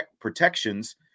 protections